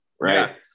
right